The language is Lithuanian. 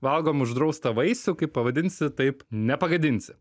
valgom uždraustą vaisių kaip pavadinsi taip nepagadinsi